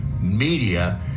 media